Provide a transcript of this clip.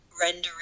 rendering